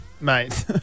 Mate